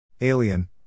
Alien